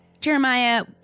Jeremiah